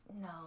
no